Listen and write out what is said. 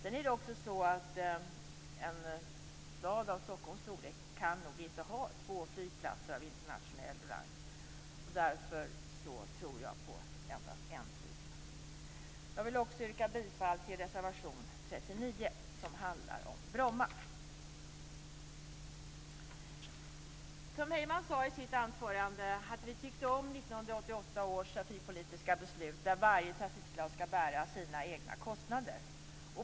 En stad av Stockholms storlek kan nog inte heller ha två flygplatser av internationell rang. Därför tror jag på endast en flygplats. Jag vill yrka bifall till reservation 39 som handlar om Bromma. Tom Heyman sade i sitt anförande att vi tyckte om 1988 års trafikpolitiska beslut, där varje trafikslag skall bära sina egna kostnader.